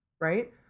right